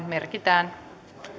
merkitään